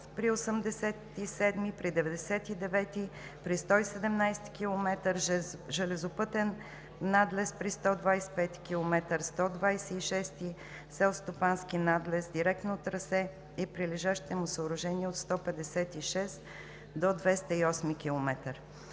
при 87-и, при 99-и, при 117-и км, железопътен надлез при 125-и км, 126-и – селскостопански надлез, директно трасе и прилежащите му съоръжения от 156-и до 208-и